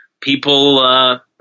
people